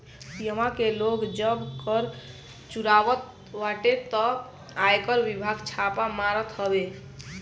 इहवा के लोग जब कर चुरावत बाटे तअ आयकर विभाग छापा मारत हवे